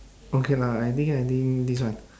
okay lah I think I think this one